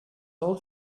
old